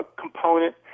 component